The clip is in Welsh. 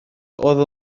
oedd